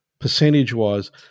percentage-wise